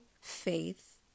faith